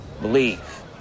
Believe